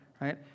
Right